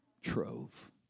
trove